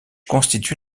constitue